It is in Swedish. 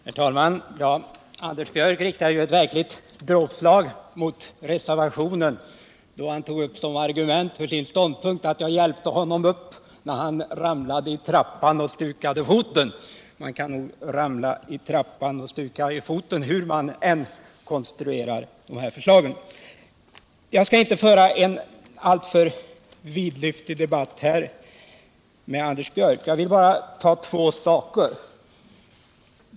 Herr talman! Anders Björck riktade ett verkligt dråpslag mot reservationen då han som argument för sin ståndpunkt tog upp att jag hjälpte honom upp när han ramlade i trappan och stukade foten. Man kan nog ramla i trappor och stuka fötter hur man än konstruerar de här lokalförslagen. Jag skall inte föra någon alltför vidlyftig diskussion med Anders Björck, men jag vill ta upp två saker.